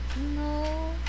no